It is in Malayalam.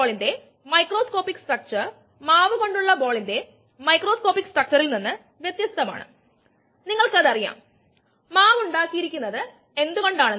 അതിനാൽ ഉൽപാദന നിരക്ക് മൈനസ് ഉൽപ്പന്നത്തിന്റെ ഉപഭോഗ നിരക്ക് ഉൽപ്പന്നത്തിന്റെ ശേഖരണ നിരക്കിന് തുല്യമാണ് ഇതെല്ലാം മാസ്സ് അടിസ്ഥാനത്തിൽ നോക്കുമ്പോൾ